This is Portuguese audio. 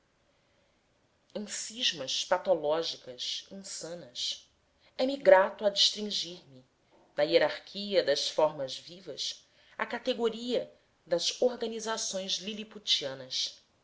em cismas patológicas insanas é-me grato adstringir me na hierarquia das formas vivas à categoria das organizações liliputianas